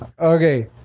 Okay